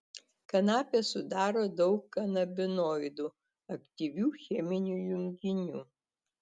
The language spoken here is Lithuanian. kanapę sudaro daug kanabinoidų aktyvių cheminių junginių